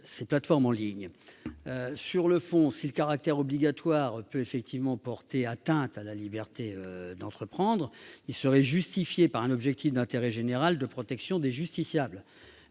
des plateformes en ligne. Sur le fond, si ce caractère obligatoire peut porter atteinte à la liberté d'entreprendre, il serait justifié par un objectif d'intérêt général de protection des justiciables.